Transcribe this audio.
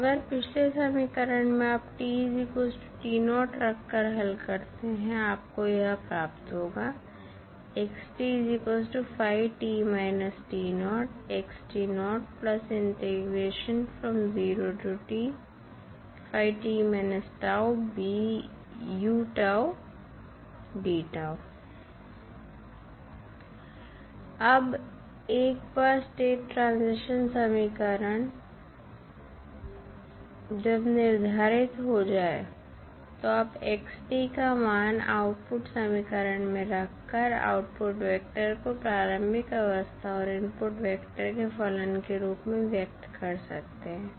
तो अगर पिछले समीकरण में आप रखकर हल करते हैं आपको यह प्राप्त होगा अब एक बार स्टेट ट्रांजिशन समीकरण जब निर्धारित हो जाए तो आप का मान आउटपुट समीकरण में रख कर आउटपुट वेक्टर को प्रारंभिक अवस्था और इनपुट वेक्टर के फलन के रूप में व्यक्त कर सकते हैं